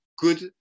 good